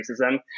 racism